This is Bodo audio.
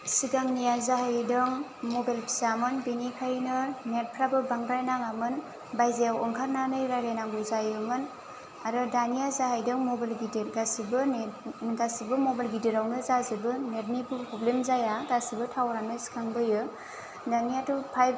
सिगांनिया जाहैदों मबाइल फिसामोन बिनिखायनो नेटफ्राबो बांद्राय नाङामोन बायजोआव ओंखारनानै रायज्लायनांगौ जायोमोन आरो दानिया जाहैदों मबाइल गिदिर गासैबो नेट गासैबो मबाइल गिदिरावनो जाजोबो नेटनिबो प्रब्लेम जाया गासैबो टावारआनो सिखांबोयो नोंनिआथ' पाइभ